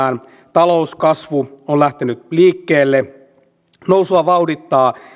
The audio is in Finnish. talouskasvu on lähtenyt liikkeelle nousua vauhdittaa